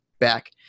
back